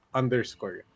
underscore